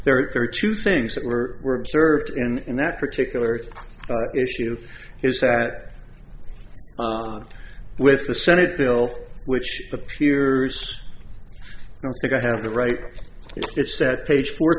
there are two things that were observed in that particular issue is that with the senate bill which appears i have the right it said page four